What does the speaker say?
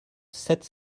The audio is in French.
sept